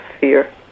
fear